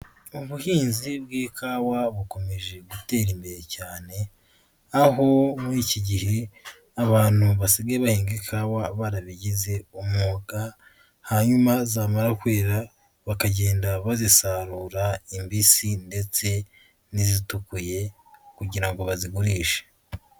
Ubuhinzi bw'ikawa bukomeje gutera imbere cyane, aho muri iki gihe abantu basigaye barahinga ikawa barabigize umwuga hanyuma zamara kwera bakagenda bazisarura imbisi ndetse n'izitukuye kugira ngo bazigurishe.